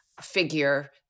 figure